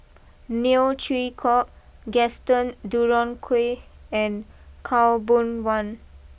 Neo Chwee Kok Gaston Dutronquoy and Khaw Boon Wan